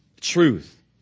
truth